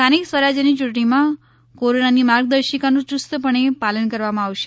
સ્થાનિક સ્વરાજયની યૂંટણીમાં કોરોનાની માર્ગદર્શિકાનું યુસ્તપણે પાલન કરવામાં આવશે